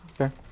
Okay